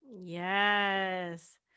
Yes